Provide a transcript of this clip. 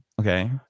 Okay